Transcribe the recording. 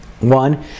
One